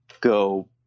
go